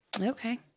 Okay